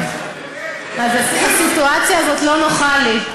כן, אז הסיטואציה הזאת לא נוחה לי.